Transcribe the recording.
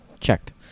checked